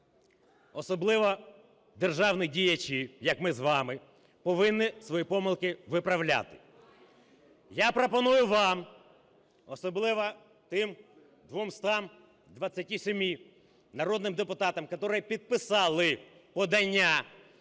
особливо державні діячі, як ми з вами, повинні свої помилки виправляти. Я пропоную вам, особливо тим 227 народним депутатам, которые підписали подання